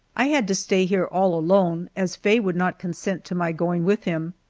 i had to stay here all alone as faye would not consent to my going with him.